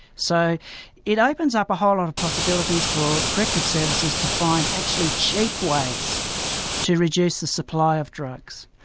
so it opens up a whole lot of possibilities for corrective services to find actually cheap ways to reduce the supply of drugs.